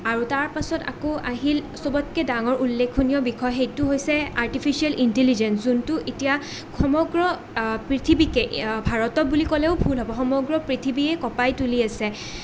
আৰু তাৰ পাছত আকৌ আহিল চবতকে ডাঙৰ উল্লেখনীয় বিষয় সেইটো হৈছে আৰ্টিফিচিয়েল ইনটেলিজেঞ্চ যোনটো এতিয়া সমগ্ৰ পৃথিৱীকে ভাৰতত বুলি ক'লেও ভুল হ'ব সমগ্ৰ পৃথিৱীয়েই কপাই তুলি আছে